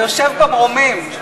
ליושב במרומים.